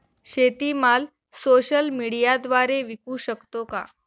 शेतीमाल सोशल मीडियाद्वारे विकू शकतो का?